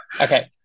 Okay